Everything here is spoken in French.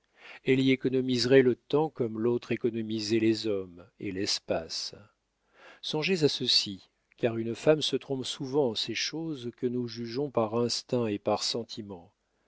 elle y économiserait le temps comme l'autre économisait les hommes et l'espace songez à ceci car une femme se trompe souvent en ces choses que nous jugeons par instinct et par